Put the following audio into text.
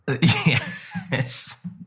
Yes